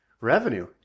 revenue